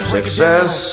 Success